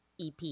EP